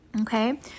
okay